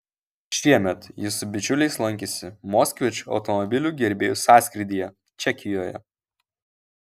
šiemet jis su bičiuliais lankėsi moskvič automobilių gerbėjų sąskrydyje čekijoje